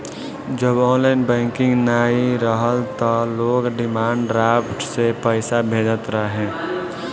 जब online banking नाइ रहल तअ लोग डिमांड ड्राफ्ट से पईसा भेजत रहे